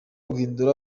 guhindura